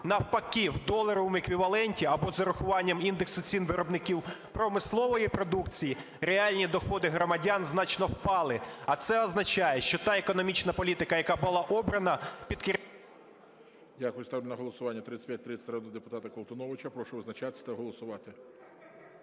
Навпаки, в доларовому еквіваленті, або з урахування індексу цін виробників промислової продукції, реальні доходи громадян значно впали, а це означає, що та економічна політика, яка була обрана під...